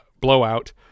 Blowout